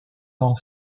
dans